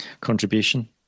Contribution